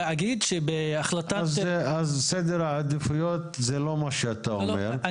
אז סדר העדיפויות זה לא מה שאתה אומר,